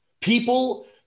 People